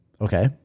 Okay